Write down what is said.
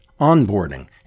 Onboarding